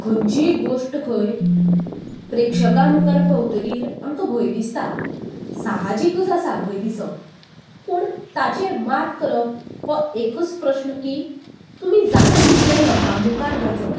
खंयची गोश्ट खंय प्रेक्षकां मुखार पावतगीर आमकां भंय दिसता साहजिकूच आसा भंय दिसप पूण ताचेर मात करप हो एकूच प्रश्न की तुमी जाता तितलें लोकां मुखार वचप